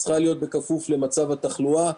צריכה להיות בכפוף למצב התחלואה,